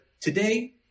today